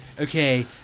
Okay